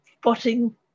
spotting